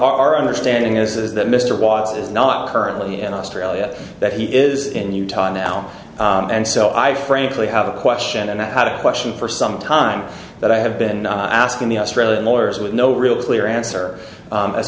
our understanding is that mr watts is not currently an australian that he is in utah now and so i frankly have a question and i had a question for some time that i have been asking the australian lawyers with no real clear answer